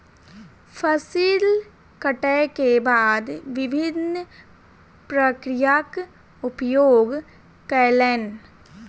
फसिल कटै के बाद विभिन्न प्रक्रियाक उपयोग कयलैन